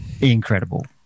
incredible